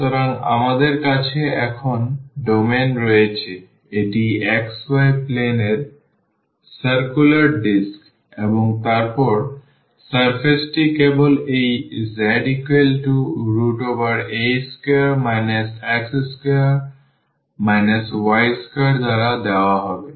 সুতরাং আমাদের কাছে এখন ডোমেইন রয়েছে এটি xy plane এর সার্কুলার ডিস্ক এবং তারপরে সারফেসটি কেবল এই za2 x2 y2 দ্বারা দেওয়া হবে